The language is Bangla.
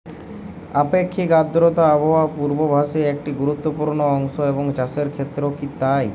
আপেক্ষিক আর্দ্রতা আবহাওয়া পূর্বভাসে একটি গুরুত্বপূর্ণ অংশ এবং চাষের ক্ষেত্রেও কি তাই?